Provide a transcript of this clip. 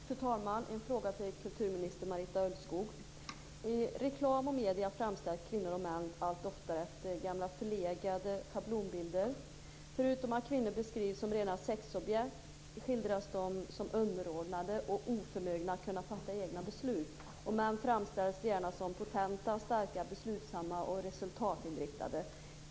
Fru talman! Jag har en fråga till kulturminister Marita Ulvskog. I reklam och medier framställs kvinnor och män allt oftare efter gamla förlegade schablonbilder. Förutom att kvinnor beskrivs som rena sexobjekt skildras de som underordnade och oförmögna att kunna fatta egna beslut. Män framställs gärna som potenta, starka, beslutsamma och resultatinriktade.